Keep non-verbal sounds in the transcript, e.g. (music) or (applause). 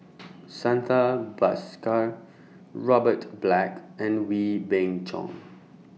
(noise) Santha Bhaskar Robert Black and Wee Beng Chong